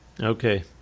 Okay